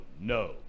no